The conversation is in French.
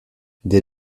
dès